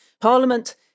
Parliament